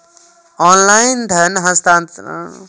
online धन हस्तांतरण सुविधाजनक आ किफायती सेहो होइ छै